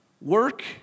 Work